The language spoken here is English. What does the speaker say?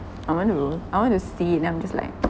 I want to I want to see it and I'm just like